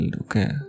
okay